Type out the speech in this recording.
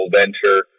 venture